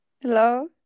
Hello